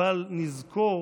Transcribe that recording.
אבל נזכור